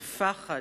בפחד,